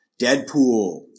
Deadpool